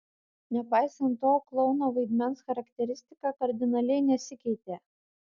nepaisant to klouno vaidmens charakteristika kardinaliai nesikeitė